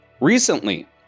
Recently